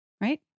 Right